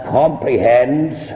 comprehends